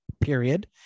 period